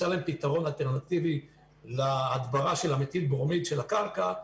להם פתרון אלטרנטיבי להדברה של המתיל ברומיד של הקרקע,